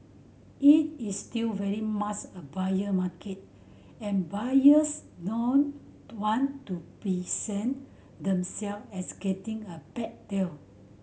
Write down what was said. it is still very much a buyer market and buyers don't want to themselves as getting a 'bad' deal